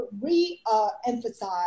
re-emphasize